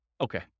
Okay